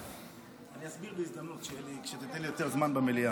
אני אסביר בהזדמנות, כשתיתן לי יותר זמן במליאה.